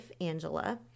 Angela